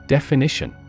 Definition